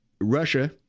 russia